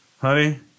Honey